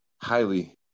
highly